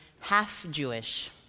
half-Jewish